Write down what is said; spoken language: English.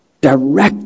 direct